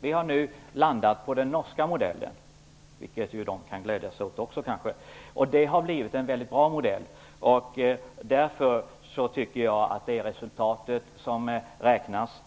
Vi har nu landat på den norska modellen, och det har blivit en väldigt bra modell. Det är resultatet som räknas.